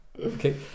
okay